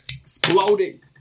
Exploding